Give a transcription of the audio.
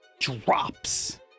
drops